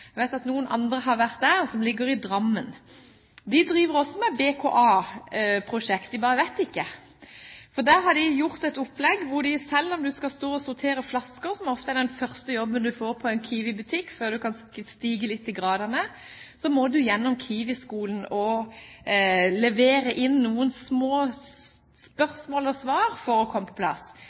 Drammen. De driver også med BKA-prosjekter, de vet det bare ikke. De har et opplegg. Selv om du skal stå og sortere flasker, som ofte er den første jobben du får i en Kiwi-butikk før du kan stige litt i gradene, må du gjennom Kiwi-skolen og levere inn noen små spørsmål og svar for å komme på plass.